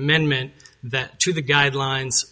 amendment that to the guidelines